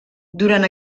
durant